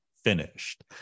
Finished